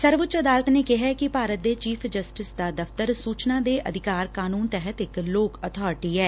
ਸਰਵਊੱਚ ਅਦਾਲਤ ਨੇ ਕਿਹੈ ਕਿ ਭਾਰਤ ਦੇ ਚੀਫ਼ ਜਸਟਿਸ ਦਾ ਦਫ਼ਤਰ ਸੁਚਨਾ ਦੇ ਅਧਿਕਾਰ ਕਾਨੂੰਨ ਤਹਿਤ ਇਕ ਲੋਕ ਅਬਾਰਟੀ ਐ